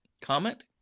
Comment